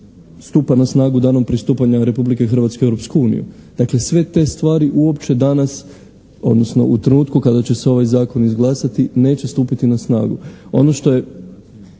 stupa na snagu danom pristupanja Republike Hrvatske u Europsku uniju. Dakle, sve te stvari uopće danas, odnosno u trenutku kada će se ovaj Zakon izglasati neće stupiti na snagu. Ono što je